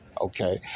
Okay